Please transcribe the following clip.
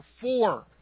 four